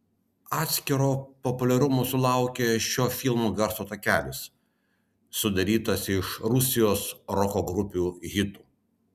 atskiro populiarumo sulaukė šio filmo garso takelis sudarytas iš rusijos roko grupių hitų